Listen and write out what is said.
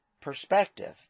perspective